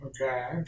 Okay